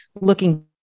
looking